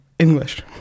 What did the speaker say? English